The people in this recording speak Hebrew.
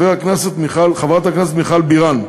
חברת הכנסת מיכל בירן.